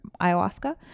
ayahuasca